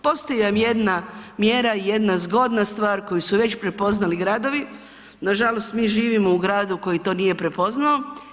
Postoji vam jedna mjera, jedna zgodna stvar koju su već prepoznali gradovi, nažalost, mi živimo u gradu koji to nije prepoznao.